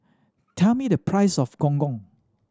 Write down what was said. tell me the price of Gong Gong